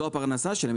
שזו הפרנסה שלהן.